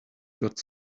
got